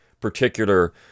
particular